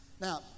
Now